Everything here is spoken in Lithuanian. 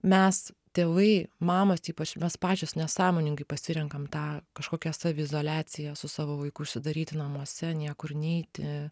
mes tėvai mamos ypač mes pačios nesąmoningai pasirenkam tą kažkokią saviizoliaciją su savo vaiku užsidaryti namuose niekur neiti